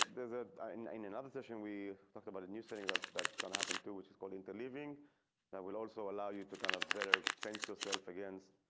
there's a in another session. we talked about a new setting that that's gonna happen to which is called interleaving that will also allow you to kind of better fence yourself against.